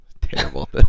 Terrible